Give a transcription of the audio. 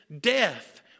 death